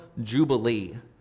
Jubilee